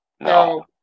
No